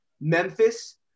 Memphis